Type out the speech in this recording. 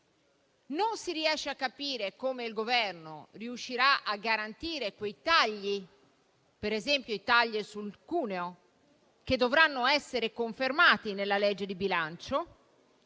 Non si riesce a capire come il Governo riuscirà a garantire quei tagli, ad esempio i tagli sul cuneo, che dovranno essere confermati nella legge di bilancio.